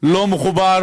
לא מחובר